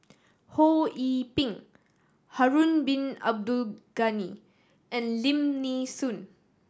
Ho Yee Ping Harun Bin Abdul Ghani and Lim Nee Soon